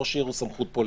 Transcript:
ראש עיר הוא סמכות פוליטית.